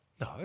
No